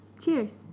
Cheers